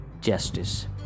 justice